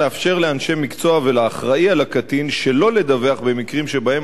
לאפשר לאנשי מקצוע ולאחראי לקטין שלא לדווח במקרים שבהם